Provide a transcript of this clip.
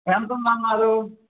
ఎంతుందన్నారు